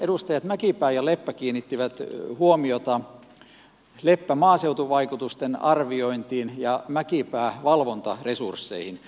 edustajat mäkipää ja leppä kiinnittivät huomiota leppä maaseutuvaikutusten arviointiin ja mäkipää valvontaresursseihin